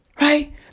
Right